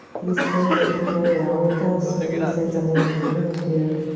these things that we carry around with us. maybe you said something you didn't mean to.